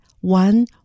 one